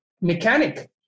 mechanic